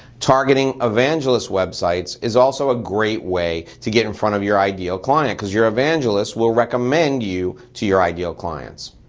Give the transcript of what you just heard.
targeting evangelists websites is also a great way to get in front of your ideal client cause your evangelist will recommend you to your ideal clients.